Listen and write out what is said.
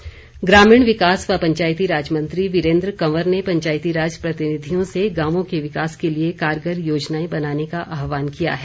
वीरेन्द्र कंवर ग्रामीण विकास व पंचायती राज मंत्री वीरेन्द्र कंवर ने पंचायती राज प्रतिनिधियों से गांवों के विकास के लिए कारगर योजनाएं बनाने का आहवान किया है